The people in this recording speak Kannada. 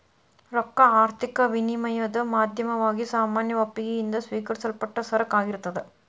ರೊಕ್ಕಾ ಆರ್ಥಿಕ ವಿನಿಮಯದ್ ಮಾಧ್ಯಮವಾಗಿ ಸಾಮಾನ್ಯ ಒಪ್ಪಿಗಿ ಯಿಂದ ಸ್ವೇಕರಿಸಲ್ಪಟ್ಟ ಸರಕ ಆಗಿರ್ತದ್